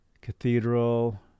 Cathedral